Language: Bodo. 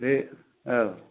बे औ